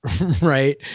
right